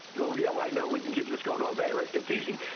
oh, yeah. i know. we can keep this goin' all day, right? it's easy.